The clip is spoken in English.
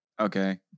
Okay